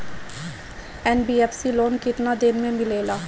NBFC loan केतना दिन मे मिलेला?